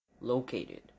Located